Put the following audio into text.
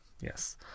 Yes